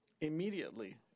immediately